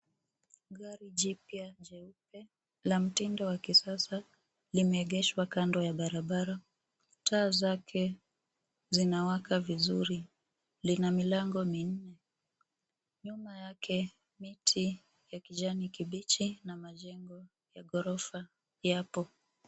Garo jipya jeupe la mtindo wa kisasa limeegeshwa kando ya barabara. Taa zake zinawaka vizuri. Lina milango minne. Nyuma yake, miti ya kijani kibichi na majengo ya ghorofa yapo.